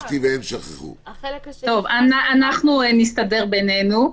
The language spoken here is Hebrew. אנחנו נסתדר בינינו.